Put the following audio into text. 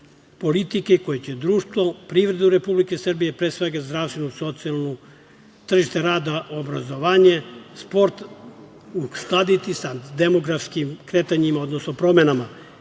politike, koje će društvo, privredu Republike Srbije, pre svega zdravstvenu socijalnu, tržište rada, obrazovanja, sport uskladiti sa demografskim kretanjima, odnosno promenama,